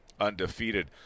Undefeated